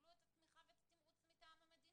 תקבלו את התמיכה ואת התמרוץ מטעם המדינה,